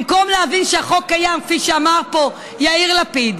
במקום להבין שהחוק קיים, כפי שאמר פה יאיר לפיד,